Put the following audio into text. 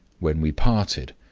when we parted,